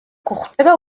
გვხვდება